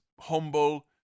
humble